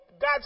God